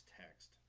text